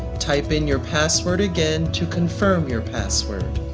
type in your password again to confirm your password.